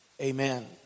amen